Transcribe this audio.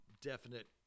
definite